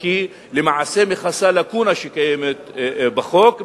שלמעשה מכסה לקונה שקיימת בחוק,